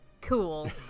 cool